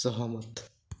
सहमत